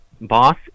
Boss